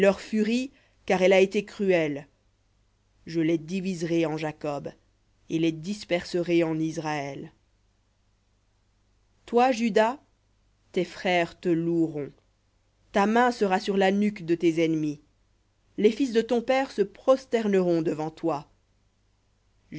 furie car elle a été cruelle je les diviserai en jacob et les disperserai en israël v hébreu toi juda tes frères te loueront ta main sera sur la nuque de tes ennemis les fils de ton père se prosterneront devant toi